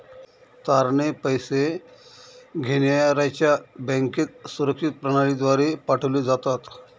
तारणे पैसे घेण्याऱ्याच्या बँकेत सुरक्षित प्रणालीद्वारे पाठवले जातात